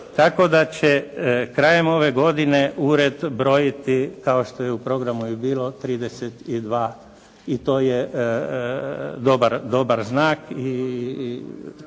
tako da će krajem ove godine ured brojiti kao što je u programu i bilo 32. I to je dobar znak